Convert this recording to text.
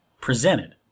presented